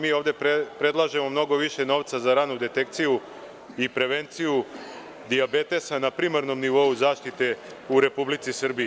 Mi ovde predlažemo mnogo više novca za ranu detekciju i prevenciju dijabetesa na primarnom nivou zaštite u Republici Srbiji.